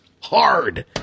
hard